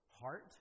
Heart